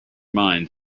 mind